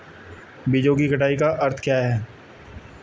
बीजों की कटाई का क्या अर्थ है?